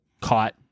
caught